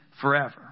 forever